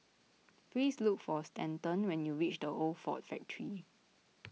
please look for Stanton when you reach the Old Ford Factor